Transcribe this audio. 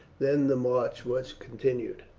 then the march was continued.